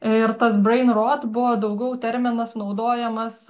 ir tas brain rot buvo daugiau terminas naudojamas